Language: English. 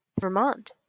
Vermont